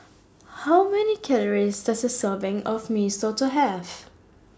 How Many Calories Does A Serving of Mee Soto Have